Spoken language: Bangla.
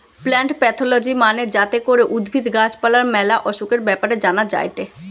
প্লান্ট প্যাথলজি মানে যাতে করে উদ্ভিদ, গাছ পালার ম্যালা অসুখের ব্যাপারে জানা যায়টে